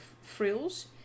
frills